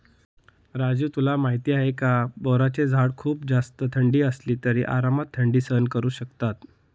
राजू तुला माहिती आहे का? बोराचे झाड खूप जास्त थंडी असली तरी आरामात थंडी सहन करू शकतात